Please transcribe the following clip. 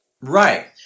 Right